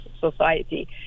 society